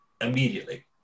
immediately